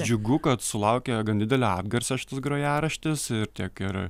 džiugu kad sulaukė gan didelio atgarsio šitas grojaraštis ir tiek ir